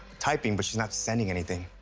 typing, but she's not sending anything.